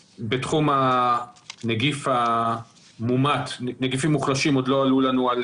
בתחום הנגיף המומת נגיפים מוחלשים עוד לא עלו לנו על